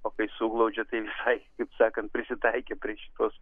o kai suglaudžia tai visai taip sakant prisitaikę pri šitos